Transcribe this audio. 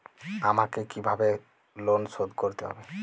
আমাকে কিভাবে লোন শোধ করতে হবে?